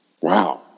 wow